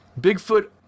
Bigfoot